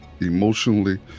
emotionally